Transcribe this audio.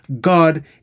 God